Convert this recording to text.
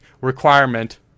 requirement